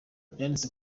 yanditse